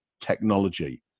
technology